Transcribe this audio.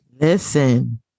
listen